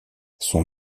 son